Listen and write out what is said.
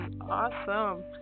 awesome